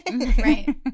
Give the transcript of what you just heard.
Right